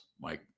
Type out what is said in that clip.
Mike